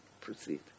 proceed